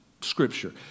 scripture